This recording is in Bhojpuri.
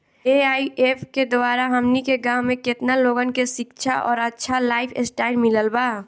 ए.आई.ऐफ के द्वारा हमनी के गांव में केतना लोगन के शिक्षा और अच्छा लाइफस्टाइल मिलल बा